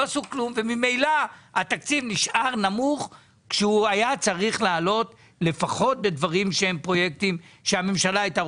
אבל בסופו של דבר הילד שהיה צריך ללכת ללמוד בתכנית היל"ה לא הלך.